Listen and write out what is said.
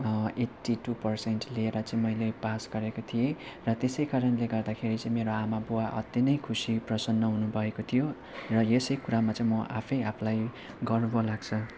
eighty two percent लिएर चाहिँ मैले पास गरेको थिएँ र त्यसै कारणले गर्दाखेरि चाहिँ मेरो आमा बुवा अति नै खुसी प्रसन्न हुनु भएको थियो र यसै कुरामा चाहिँ म आफै आफूलाई गर्व लाग्छ